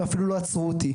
הם אפילו לא עצרו אותי.